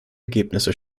ergebnisse